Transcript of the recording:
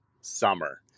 summer